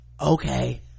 Okay